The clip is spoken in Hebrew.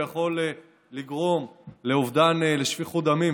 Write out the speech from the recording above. ויכול לגרום לשפיכות דמים,